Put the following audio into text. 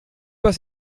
pas